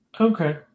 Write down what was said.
Okay